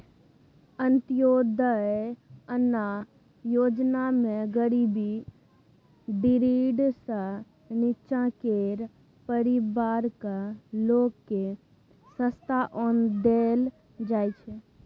अंत्योदय अन्न योजनामे गरीबी डिडीर सँ नीच्चाँ केर परिबारक लोककेँ सस्ता ओन देल जाइ छै